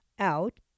out